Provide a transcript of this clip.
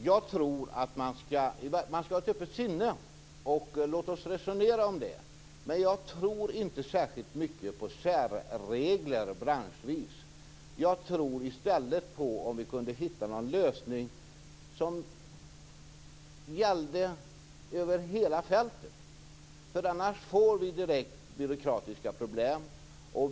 Fru talman! Jag tycker att man skall ha ett öppet sinne. Låt oss resonera om detta. Jag tror inte särskilt mycket på särregler branschvis. Jag tror i stället att det vore bättre om vi kunde hitta någon lösning som gällde över hela fältet. Annars får vi direkt byråkratiska problem.